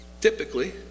typically